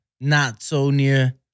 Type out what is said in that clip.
not-so-near